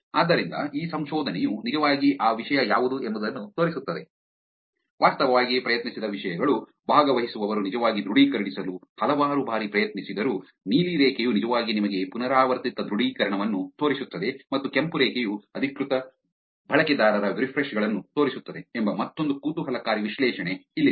ಆದ್ದರಿಂದ ಈ ಸಂಶೋಧನೆಯು ನಿಜವಾಗಿ ಆ ವಿಷಯ ಯಾವುದು ಎಂಬುದನ್ನು ತೋರಿಸುತ್ತದೆ ವಾಸ್ತವವಾಗಿ ಪ್ರಯತ್ನಿಸಿದ ವಿಷಯಗಳು ಭಾಗವಹಿಸುವವರು ನಿಜವಾಗಿ ದೃಢೀಕರಿಸಲು ಹಲವಾರು ಬಾರಿ ಪ್ರಯತ್ನಿಸಿದರು ನೀಲಿ ರೇಖೆಯು ನಿಜವಾಗಿ ನಿಮಗೆ ಪುನರಾವರ್ತಿತ ದೃಢೀಕರಣವನ್ನು ತೋರಿಸುತ್ತದೆ ಮತ್ತು ಕೆಂಪು ರೇಖೆಯು ಅಧಿಕೃತ ಬಳಕೆದಾರರ ರಿಫ್ರೆಶ್ ಗಳನ್ನು ತೋರಿಸುತ್ತದೆ ಎಂಬ ಮತ್ತೊಂದು ಕುತೂಹಲಕಾರಿ ವಿಶ್ಲೇಷಣೆ ಇಲ್ಲಿದೆ